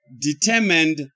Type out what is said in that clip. determined